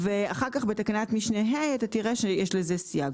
ואחר כך בתקנת משנה (ה) אתה תראה שיש לזה סייג.